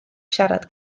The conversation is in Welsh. siarad